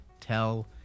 tell